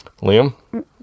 Liam